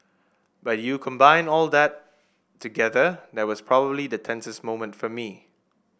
but you combine all that together that was probably the tensest moment for me